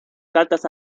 cartas